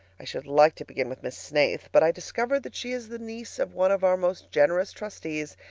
i should like to begin with miss snaith but i discover that she is the niece of one of our most generous trustees,